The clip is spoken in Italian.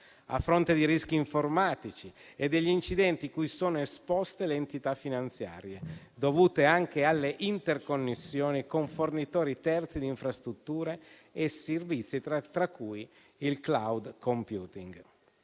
a fronte di rischi informatici e degli incidenti cui sono esposte le entità finanziarie, dovute anche alle interconnessioni con fornitori terzi di infrastrutture e servizi, tra cui il *cloud computing*.